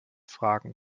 fragen